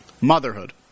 Motherhood